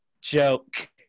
joke